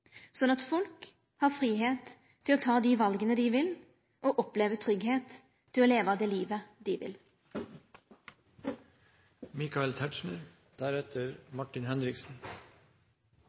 sånn at folk har fridom til å ta dei vala dei vil og kan oppleva tryggleik til å leva det livet dei